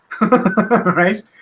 right